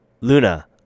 luna